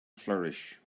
flourish